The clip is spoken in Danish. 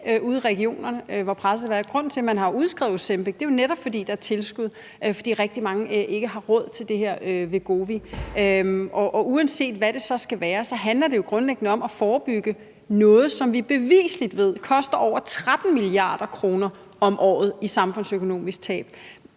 ude i regionerne, hvor pressede de er. Grunden til, at man har udskrevet Ozempic, er jo netop, at der er tilskud, fordi rigtig mange ikke har råd til Wegovy. Uanset hvad det så skal være, handler det jo grundlæggende om at forebygge noget, som bevisligt koster over 13 mia. kr. om året i samfundsøkonomiske tab